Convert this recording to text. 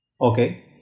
Okay